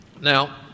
Now